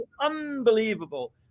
unbelievable